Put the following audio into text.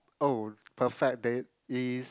oh perfect date is